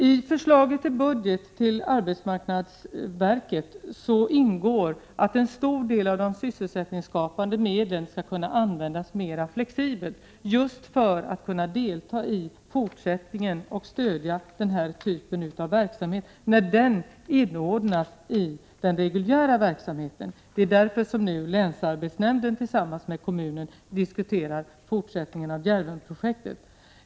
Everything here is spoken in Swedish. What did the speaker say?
I förslaget till budget för arbetsmarknadsverket ingår att en stor del av de sysselsättningsskapande medlen skall kunna användas mer flexibelt just för att man i fortsättningen skall kunna delta i och stödja denna typ av verksamhet när den inordnas i den reguljära verksamheten. Det är därför som nu länsarbetsnämnden tillsammans med kommunen diskuterar fortsättningen av Djärvenprojektet.